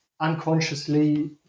unconsciously